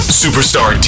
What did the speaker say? superstar